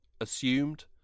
assumed